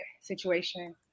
situation